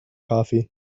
coffee